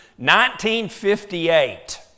1958